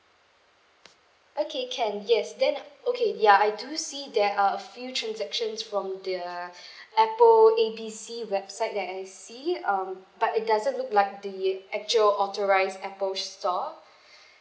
okay can yes then okay ya I do see there are a few transactions from the apple A B C website that I see um but it doesn't look like the actual authorised apple store